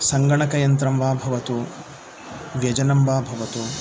संगणकयन्त्रं वा भवतु व्यजनं वा भवतु